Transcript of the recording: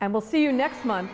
and we'll see you next month